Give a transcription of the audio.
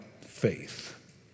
faith